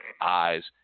eyes